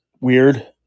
weird